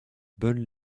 bonne